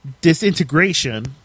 disintegration